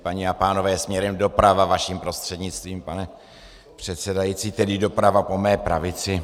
Paní a pánové směrem doprava, vaším prostřednictvím, pane předsedající, tedy doprava po mé pravici.